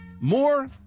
more